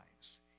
lives